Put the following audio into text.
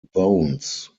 bones